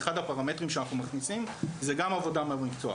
אחד הפרמטרים שאנחנו מכניסים זה גם העבודה במקצוע,